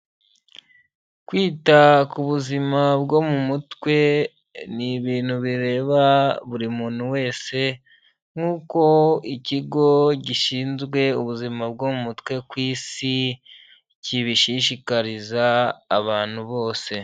Kwita ku buzima bwo mu mutwe ni ibintu bireba buri muntu wese nkuko ikigo gishinzwe ubuzima bwo mu mutwe ku isi kibishishikariza abantu bose.